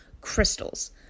crystals